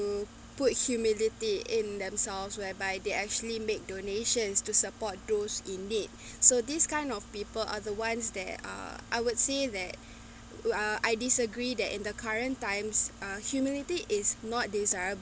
put humility in themselves whereby they actually make donations to support those indeed so this kind of people are the ones that ah I would say that ah I disagree that in the current times uh humility is not desired